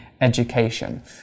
education